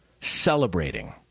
celebrating